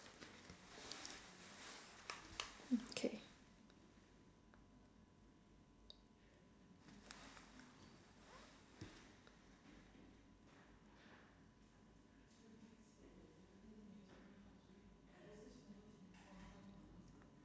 okay